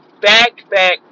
back-back